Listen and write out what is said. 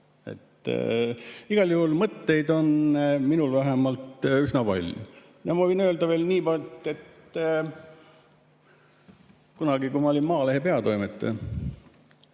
Igal juhul on mõtteid minul vähemalt üsna palju. Ma võin öelda veel niipalju, et kunagi, kui ma olin Maalehe peatoimetaja,